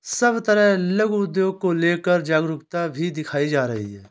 सब तरफ लघु उद्योग को लेकर जागरूकता भी दिखाई जा रही है